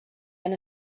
han